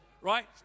Right